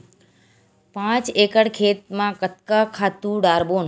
पांच एकड़ खेत म कतका खातु डारबोन?